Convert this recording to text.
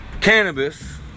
Cannabis